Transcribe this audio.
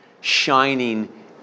shining